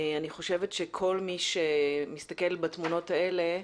אני חושבת שכל מי שמסתכל בתמונות האלה,